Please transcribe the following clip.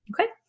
Okay